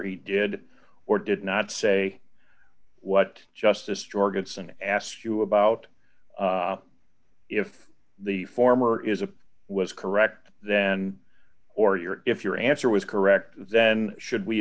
he did or did not say what justice targets and ask you about if the former is a was correct then or your if your answer was correct then should we